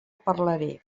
parlaré